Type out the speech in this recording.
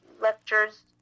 lectures